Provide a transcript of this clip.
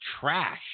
trash